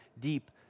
deep